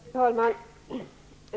Fru talman!